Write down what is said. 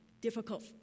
difficult